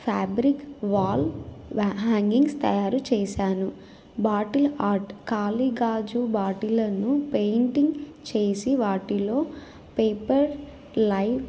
fabric wall hangings తయారు చేశాను bottle art ఖాళీగాజు బాటిళ్ళను పెయింటింగ్ చేసి వాటిలో పేపర్ లైట్